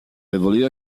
évolue